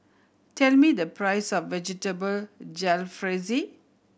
tell me the price of Vegetable Jalfrezi